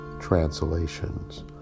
translations